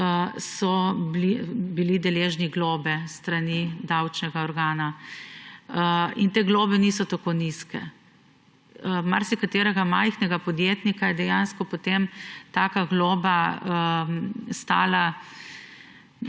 so bili deležni globe s strani davčnega organa. In te globe niso tako nizke. Marsikaterega majhnega podjetnika je dejansko potem taka globa stala